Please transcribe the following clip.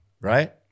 right